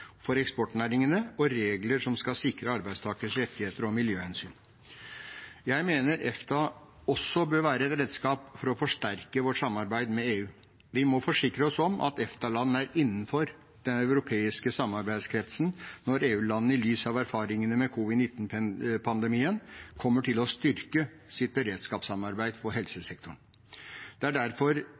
for eksportnæringen, og regler som skal sikre arbeidstakeres rettigheter og miljøhensyn. Jeg mener EFTA også bør være et redskap for å forsterke vårt samarbeid med EU. Vi må forsikre oss om at EFTA-landene er innenfor den europeiske samarbeidskretsen når EU-landene i lys av erfaringene med covid-19-pandemien kommer til å styrke sitt beredskapssamarbeid på helsesektoren. Det er derfor